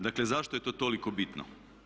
Dakle, zašto je to toliko bitno?